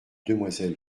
demoiselle